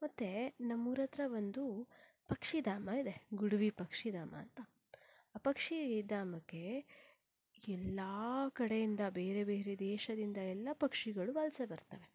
ಮತ್ತೆ ನಮ್ಮೂರ ಹತ್ರ ಒಂದು ಪಕ್ಷಿಧಾಮ ಇದೆ ಗುಡವಿ ಪಕ್ಷಿಧಾಮ ಅಂತ ಆ ಪಕ್ಷಿಧಾಮಕ್ಕೆ ಎಲ್ಲ ಕಡೆಯಿಂದ ಬೇರೆ ಬೇರೆ ದೇಶದಿಂದ ಎಲ್ಲ ಪಕ್ಷಿಗಳು ವಲಸೆ ಬರ್ತವೆ